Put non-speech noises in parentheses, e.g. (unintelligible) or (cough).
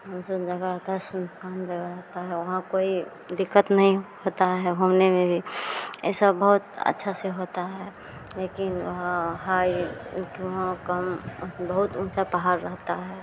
(unintelligible) जगह रहती है सुनसान जगह रहती है वहाँ कोई दिक्कत नहीं होती है घूमने में भी ऐसा बहुत अच्छा से होता है लेकिन वहाँ (unintelligible) कि वहाँ का बहुत ऊँचा पहाड़ रहता है